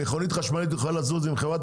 מכונית חשמלית יכולה לזוז אם חברת